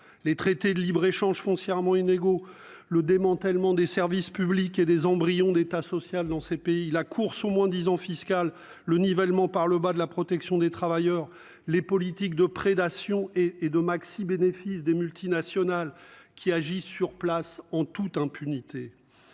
Les traités de libre-échange foncièrement inégaux le démantèlement des services publics et des embryons d'États social dans ces pays, la course au moins disant fiscal. Le nivellement par le bas de la protection des travailleurs, les politiques de prédation et et de Maxi bénéfices des multinationales qui agit sur place en toute impunité.